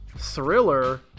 Thriller